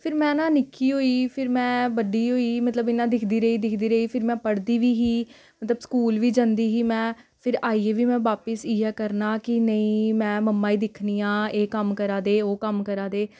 फिर में ना निक्की होई फिर में बड्डी होई मतलब इ'यां दिखदी रेही दिखदी रेही फिर में पढ़दी बी ही मतलब स्कूल बी जंदी ही में फिर आइयै बी में बापस इ'यै करना कि नेईं में मम्मा गी दिक्खनी आं एह् कम्म करा दे ओह् कम्म करा दे